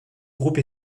groupe